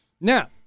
now